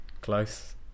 Close